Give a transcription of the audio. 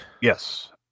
Yes